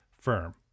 firm